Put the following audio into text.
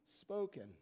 spoken